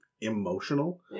emotional